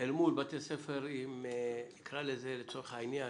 אל מול בתי ספר, נקרא לזה לצורך העניין,